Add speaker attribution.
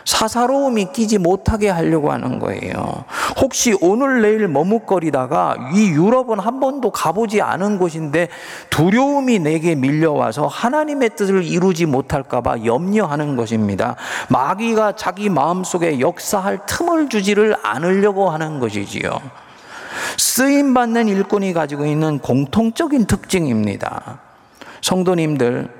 Speaker 1: 사사로움이 끼지 못하게 하려고 하는 거예요. 혹시 오늘 내일 머뭇거리다가 이 유럽은 한 번도 가보지 않은 곳인데 두려움이 내게 밀려와서 하나님의 뜻을 이루지 못할까 봐 염려하는 것입니다. 마귀가 자기 마음속에 역사할 틈을 주지를 않으려고 하는 것이지요. 쓰임받는 일꾼이 가지고 있는 공통적인 특징입니다. 성도님들,